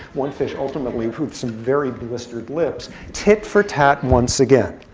one fish, ultimately with some very blistered lips. tit for tat, once again.